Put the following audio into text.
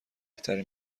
بهتری